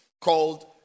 called